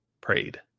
prayed